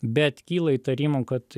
bet kyla įtarimų kad